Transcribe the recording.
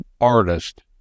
artist